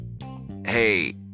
hey